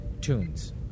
tunes